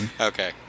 Okay